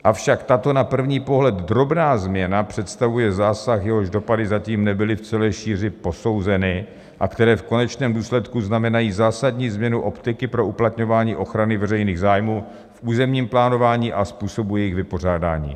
Avšak tato na první pohled drobná změna představuje zásah, jehož dopady zatím nebyly v celé šíři posouzeny a které v konečném důsledku znamenají zásadní změnu optiky pro uplatňování ochrany veřejných zájmů v územním plánování a způsobu jejich vypořádání.